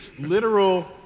literal